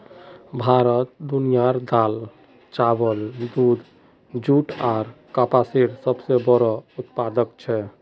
भारत दुनियार दाल, चावल, दूध, जुट आर कपसेर सबसे बोड़ो उत्पादक छे